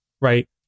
right